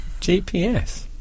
GPS